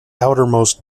outermost